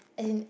in